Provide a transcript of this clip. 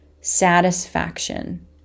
satisfaction